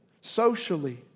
Socially